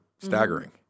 staggering